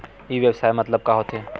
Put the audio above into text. ई व्यवसाय मतलब का होथे?